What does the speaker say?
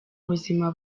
buzima